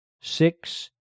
six